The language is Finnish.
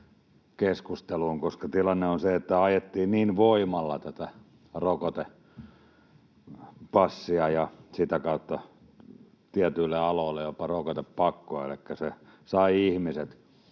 keskusteluunkin, koska tilanne on se, että ajettiin niin voimalla tätä rokotepassia ja sitä kautta tietyille aloille jopa rokotepakkoa, elikkä se sai ihmiset